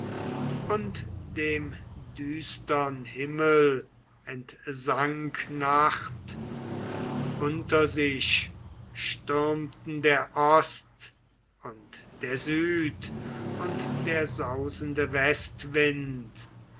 und dem düstern himmel entsank nacht unter sich stürmten der ost und der süd und der sausende westwind